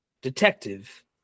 detective